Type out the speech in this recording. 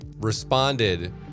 responded